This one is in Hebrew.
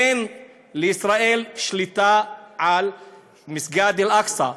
אין לישראל שליטה על מסגד אל-אקצא.